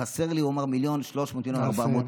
חסרים לי, הוא אמר, 1.3 מיליון, 1.4 מיליון.